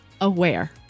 aware